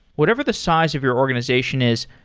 whatever the size of your organization is,